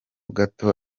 gato